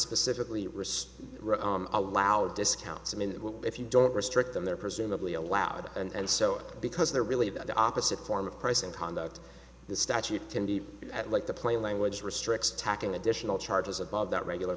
specifically risk allow discounts i mean if you don't restrict them they're presumably allowed and so because they're really about the opposite form of price and conduct the statute to be at like the plain language restricts attacking additional charges above that regular